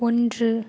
ஒன்று